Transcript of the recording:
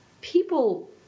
people